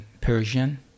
Persian